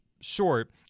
short